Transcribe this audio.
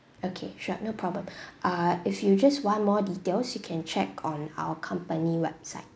okay sure no problem uh if you just want more details you can check on our company website